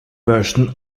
version